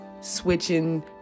switching